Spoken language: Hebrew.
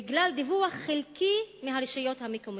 בגלל דיווח חלקי מהרשויות המקומיות.